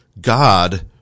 God